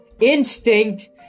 instinct